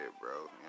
bro